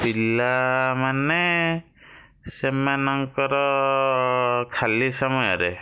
ପିଲାମାନେ ସେମାନଙ୍କର ଖାଲି ସମୟରେ